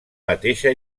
mateixa